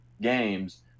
games